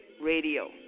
Radio